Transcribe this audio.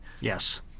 Yes